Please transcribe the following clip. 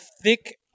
thick